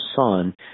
son